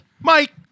Mike